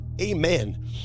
Amen